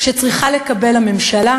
שצריכה לקבל הממשלה,